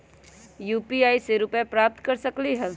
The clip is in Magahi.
यू.पी.आई से रुपए प्राप्त कर सकलीहल?